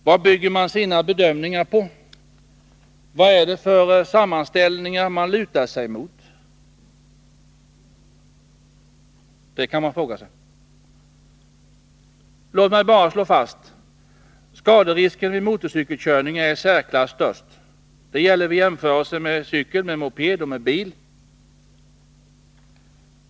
Vad bygger man sina bedömningar på? Vad är det för sammanställningar man lutar sig mot? Låt mig bara slå fast: Skaderisken vid motorcykelkörningar är i särklass störst. Det gäller vid jämförelser med cykel, moped och bil.